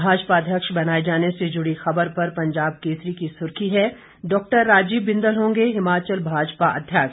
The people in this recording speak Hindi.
भाजपा अध्यक्ष बनाए जाने से जुड़ी खबर पर पंजाब केसरी की सुर्खी है डा राजीव बिंदल होंगे हिमाचल भाजपा अध्यक्ष